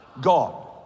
God